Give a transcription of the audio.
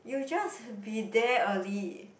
you just be there early